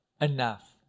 enough